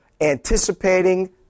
anticipating